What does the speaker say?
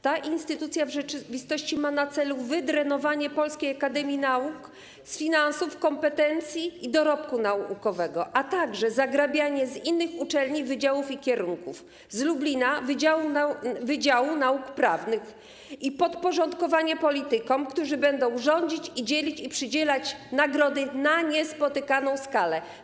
Ta instytucja w rzeczywistości ma na celu wydrenowanie Polskiej Akademii Nauk z finansów, kompetencji i dorobku naukowego, a także zagrabianie wydziałów i kierunków z innych uczelni - z Lublina wydziału nauk prawnych - i podporządkowanie politykom, którzy będą rządzić i dzielić i przydzielać nagrody na niespotykaną skalę.